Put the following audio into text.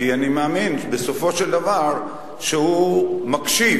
כי אני מאמין, בסופו של דבר, שהוא מקשיב.